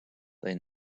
they